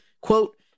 quote